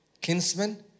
Kinsman